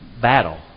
battle